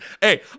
Hey